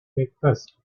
breakfast